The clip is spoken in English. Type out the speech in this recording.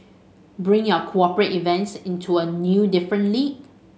bring your cooperate events into a new different league